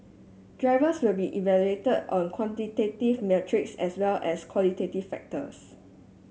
drivers will be evaluated on quantitative metrics as well as qualitative factors